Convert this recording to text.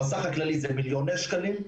בסך הכללי זה מיליוני שקלים,